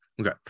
Okay